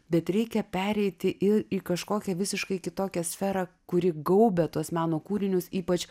bet reikia pereiti į kažkokią visiškai kitokią sferą kuri gaubia tuos meno kūrinius ypač